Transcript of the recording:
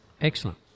Excellent